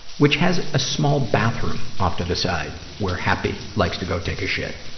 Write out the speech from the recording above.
which has a small bathroom off to the side where happy likes to go take a shit.